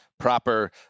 Proper